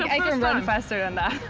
i can run faster than that.